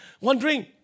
wondering